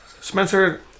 Spencer